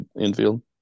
infield